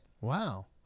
Wow